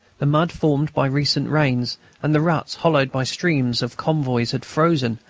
the mud formed by recent rains and the ruts hollowed by streams of convoys had frozen,